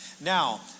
Now